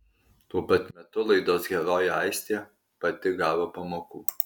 tuo pat metu laidos herojė aistė pati gavo pamokų